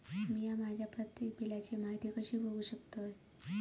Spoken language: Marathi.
मी माझ्या प्रत्येक बिलची माहिती कशी बघू शकतय?